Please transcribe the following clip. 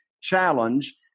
challenge